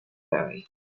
marry